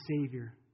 Savior